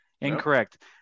Incorrect